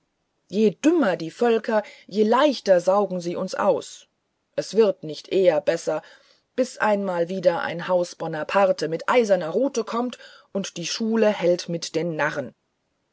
je dümmer die völker je leichter saugen sie uns aus es wird nicht eher besser bis einmal wieder ein haus bonaparte mit eiserner rute kommt und schule hält mit den narren